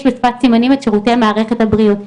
בשפת סימנים את שירותי מערכת הבריאות.